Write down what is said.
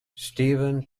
stephen